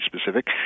specific